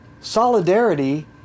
Solidarity